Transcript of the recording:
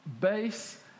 base